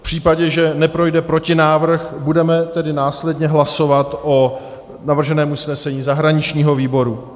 V případě, že neprojde protinávrh, budeme tedy následně hlasovat o navrženém usnesení zahraničního výboru.